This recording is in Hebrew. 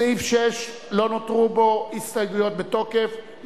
סעיף 6, לא נותרו בו הסתייגויות בתוקף.